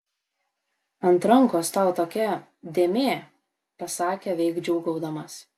ant rankos tau tokia dėmė pasakė veik džiūgaudamas